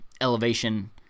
elevation